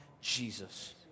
Jesus